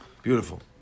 Beautiful